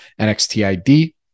NXTID